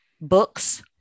books